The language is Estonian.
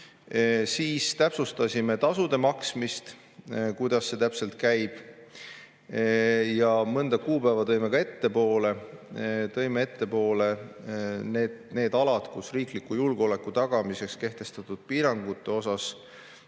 küla. Täpsustasime tasude maksmist, kuidas see täpselt käib. Mõne kuupäeva tõime ettepoole. Tõime ettepoole need alad, kus riikliku julgeoleku tagamiseks kehtestatud piirangute osas